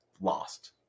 lost